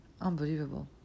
unbelievable